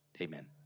amen